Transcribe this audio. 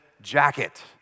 jacket